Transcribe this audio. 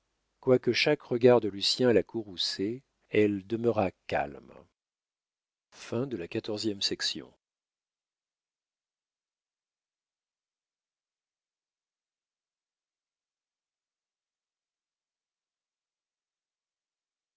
quoique chaque regard de lucien la courrouçât elle demeura calme